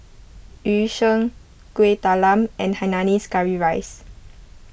Yu Sheng Kuih Talam and Hainanese Curry Rice